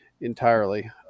entirely